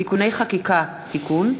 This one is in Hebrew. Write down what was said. (תיקוני חקיקה) (תיקון),